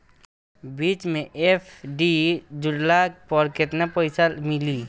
बीच मे एफ.डी तुड़ला पर केतना पईसा मिली?